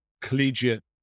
collegiate